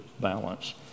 balance